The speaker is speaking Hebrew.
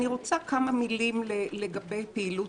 אני רוצה לומר כמה מילים לגבי פעילות